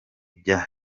bya